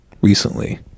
recently